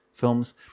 films